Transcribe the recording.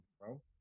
bro